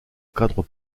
cadre